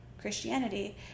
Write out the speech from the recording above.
Christianity